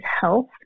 health